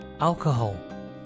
alcohol